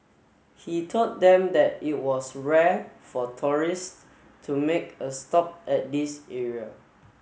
he told them that it was rare for tourists to make a stop at this area